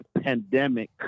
pandemic